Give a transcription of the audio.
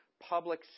public